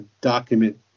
document